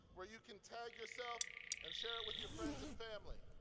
where you can tag yourself and share it with your friends and family.